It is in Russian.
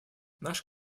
наш